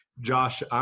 Josh